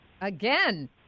again